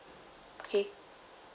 okay